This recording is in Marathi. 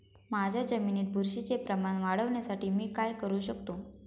माझ्या जमिनीत बुरशीचे प्रमाण वाढवण्यासाठी मी काय करू शकतो?